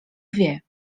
wie